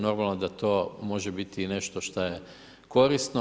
Normalno da to može biti i nešto što je korisno.